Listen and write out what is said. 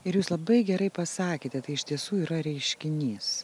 ir jūs labai gerai pasakėte tai iš tiesų yra reiškinys